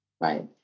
Right